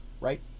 Right